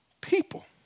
people